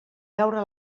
veure